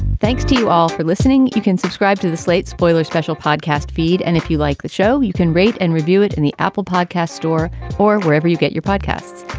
thanks to you all for listening. you can subscribe to the slate spoiler special podcast feed. and if you like the show you can read and review it in the apple podcast store or wherever you get your podcasts.